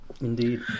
indeed